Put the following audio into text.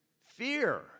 Fear